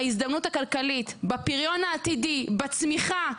בהזדמנות הכלכלית, בפריון העתידי, בצמיחה.